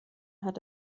hat